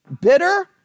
bitter